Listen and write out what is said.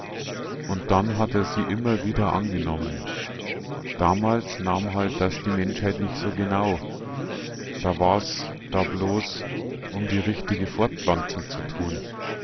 und dann hat a sie immer wieder angenommen damals nahm halt das die menschheit nich so genau da war's da bloß um die richtige fortpflanzung zu tun